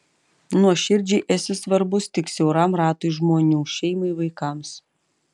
nuoširdžiai esi svarbus tik siauram ratui žmonių šeimai vaikams